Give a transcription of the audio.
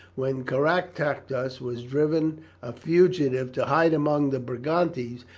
when caractacus was driven a fugitive to hide among the brigantes,